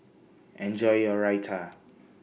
Enjoy your Raita